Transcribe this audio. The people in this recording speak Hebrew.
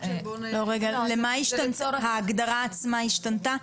-- רגע, ההגדרה עצמה השתנתה?